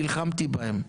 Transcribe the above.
נלחמתי בהם.